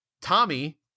tommy